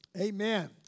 Amen